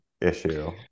issue